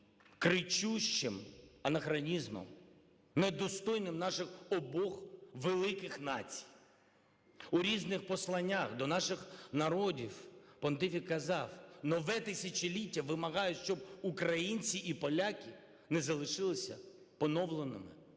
кричущим анахронізмом, не достойним наших обох великих націй. У різних посланнях до наших народів понтифік казав: "Нове тисячоліття вимагає, щоб українці і поляки не залишилися поновленими